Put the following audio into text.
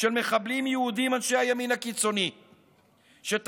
של מחבלים יהודים אנשי הימין הקיצוני שתקפו,